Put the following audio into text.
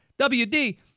WD